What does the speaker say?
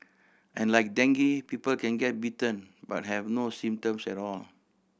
and like dengue people can get bitten but have no symptoms at all